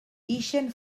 ixen